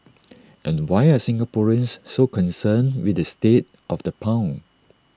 and why are Singaporeans so concerned with the state of the pound